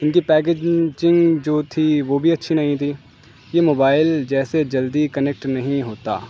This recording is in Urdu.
ان کی پیکجنگ جو تھی وہ بھی اچھی نہیں تھی یہ موبائل جیسے جلدی کنیکٹ نہیں ہوتا